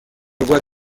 voix